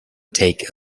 take